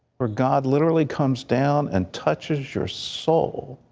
were god literally comes down and touches your soul.